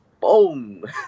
boom